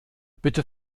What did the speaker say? bitte